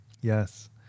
Yes